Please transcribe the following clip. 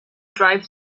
drive